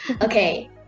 Okay